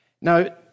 Now